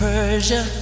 Persia